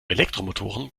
elektromotoren